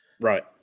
Right